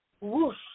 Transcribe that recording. whoosh